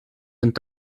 sind